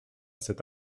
cet